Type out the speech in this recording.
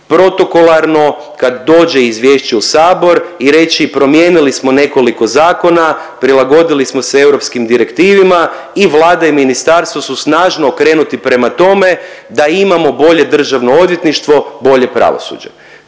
protokolarno kad dođe izvješće u sabor i reći promijenili smo nekoliko zakona, prilagodili smo se europskim direktivama i Vlada i ministarstvo su snažno okrenuti prema tome da imamo bolje državno odvjetništvo i bolje pravosuđe.